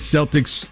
Celtics